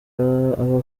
aba